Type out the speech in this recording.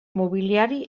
mobiliari